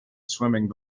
swimming